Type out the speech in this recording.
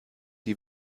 die